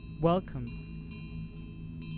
Welcome